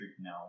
now